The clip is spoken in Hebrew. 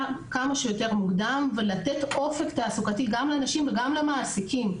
כמה שיותר מוקדם ולתת אופק תעסוקתי גם לנשים וגם למעסיקים,